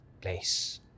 place